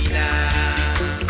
now